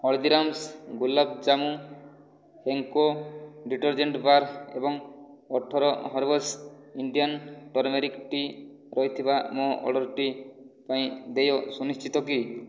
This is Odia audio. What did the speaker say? Haldiram's gulab jamun Henko detergent bar ଏବଂ ଅଠର ହର୍ବ୍ସ ଇଣ୍ଡିଆନ୍ ଟର୍ମେରିକ୍ ଟି ରହିଥିବା ମୋ ଅର୍ଡ଼ର୍ଟି ପାଇଁ ଦେୟ ସୁନିଶ୍ଚିତ କି